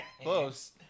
Close